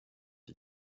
die